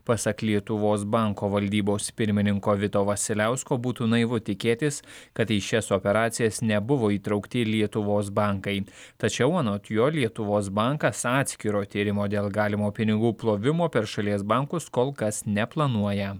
pasak lietuvos banko valdybos pirmininko vito vasiliausko būtų naivu tikėtis kad į šias operacijas nebuvo įtraukti lietuvos bankai tačiau anot jo lietuvos bankas atskiro tyrimo dėl galimo pinigų plovimo per šalies bankus kol kas neplanuoja